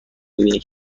میبینی